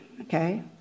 okay